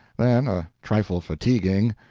then a trifle fatiguing,